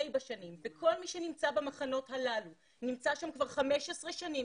כל מי שנמצא במחנות הללו נמצא שם כבר 15 שנים,